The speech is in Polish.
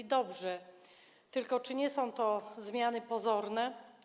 To dobrze, tylko czy nie są to zmiany pozorne?